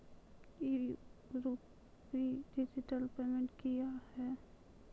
ई RUPI digital payment क्या हैं?